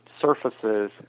surfaces